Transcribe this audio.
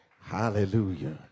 hallelujah